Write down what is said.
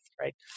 right